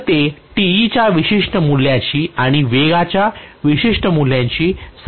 तर ते Te च्या विशिष्ट मूल्याशी आणि वेगच्या विशिष्ट मूल्याशी संबंधित आहे